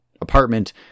apartment